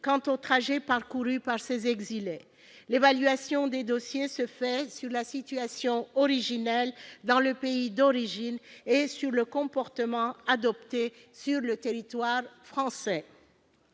oublier le trajet parcouru par ces exilés. L'évaluation des dossiers se fait sur la base de la situation dans le pays d'origine et du comportement adopté sur le territoire français.